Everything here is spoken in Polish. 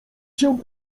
się